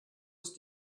ist